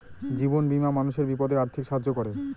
জীবন বীমা মানুষের বিপদে আর্থিক সাহায্য করে